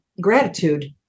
gratitude